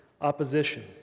opposition